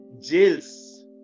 jails